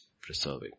preserving